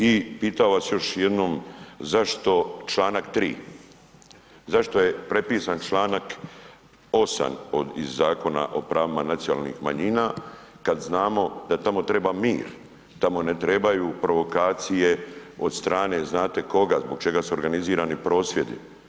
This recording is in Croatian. I pitao bih vas još jednom, zašto članak 3. zašto je prepisan članak 8. iz Zakona o pravima nacionalnih manjina kada znamo da tamo treba mir, tamo ne trebaju provokacije od strane znate koga, zbog čega su organizirani prosvjedi.